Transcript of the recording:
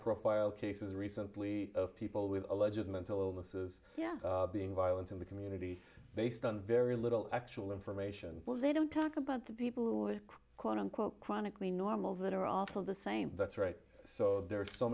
profile cases recently of people with alleges mental illnesses yeah being violent in the community based on very little actual information they don't talk about the people who quote unquote chronically normal that are often the same that's right so there are so